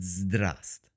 Zdrast